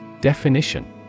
Definition